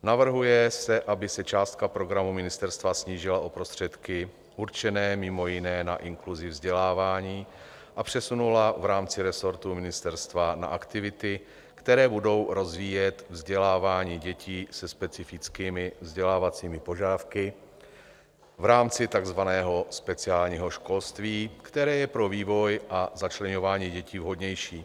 Navrhuje se, aby se částka v programu ministerstva snížila o prostředky určené mimo jiné na inkluzi vzdělávání a přesunula v rámci resortu ministerstva na aktivity, které budou rozvíjet vzdělávání dětí se specifickými vzdělávacími požadavky v rámci takzvaného speciálního školství, které je pro vývoj a začleňování dětí vhodnější.